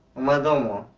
mother